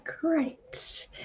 Great